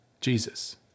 Jesus